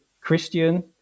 Christian